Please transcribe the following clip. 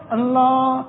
Allah